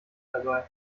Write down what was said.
dabei